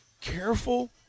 careful